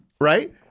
Right